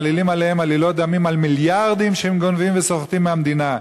מעלילים עליהם עלילות דמים על מיליארדים שהם גונבים וסוחטים מהמדינה.